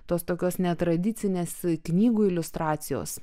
tos tokios netradicinės knygų iliustracijos